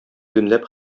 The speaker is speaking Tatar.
юньләп